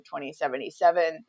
2077